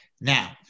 Now